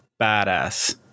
badass